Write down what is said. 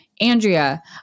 Andrea